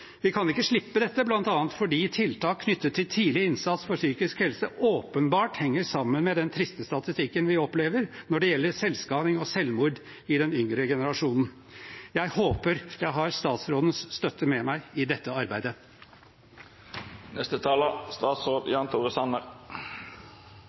Vi kan ikke slippe dette, bl.a. fordi tiltak knyttet til tidlig innsats for psykisk helse åpenbart henger sammen med den triste statistikken vi opplever når det gjelder selvskading og selvmord i den yngre generasjonen. Jeg håper jeg har statsrådens støtte i dette arbeidet. Selvsagt har representanten statsrådens støtte i dette